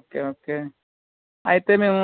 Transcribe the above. okay okay అయితే మేము